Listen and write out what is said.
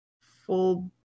full